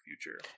future